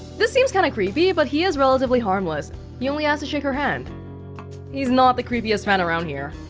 this seems kinda creepy, but he is relatively harmless he only asked to shake her hand he's not the creepiest man around here